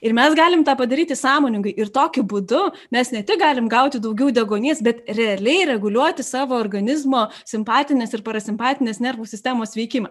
ir mes galim tą padaryti sąmoningai ir tokiu būdu mes ne tik galim gauti daugiau deguonies bet realiai reguliuoti savo organizmo simpatinės ir parasimpatinės nervų sistemos veikimą